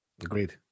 Agreed